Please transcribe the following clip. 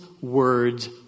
words